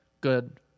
good